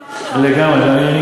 לא מאמין למה שאתה אומר.